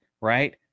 right